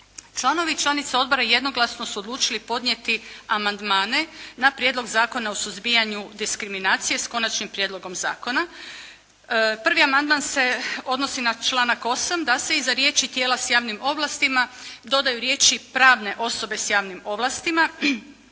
Članovi i članice odbora jednoglasno su odlučili podnijeti amandmane na Prijedlog zakona o suzbijanju diskriminacije, s Konačnim prijedlogom zakona. Prvi amandman se odnosi na članak 8. da se iza riječi: "tijela s javnim ovlastima" dodaju riječi: "pravne osobe s javnim ovlastima"